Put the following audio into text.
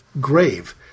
Grave